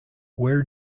where